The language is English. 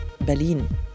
Berlin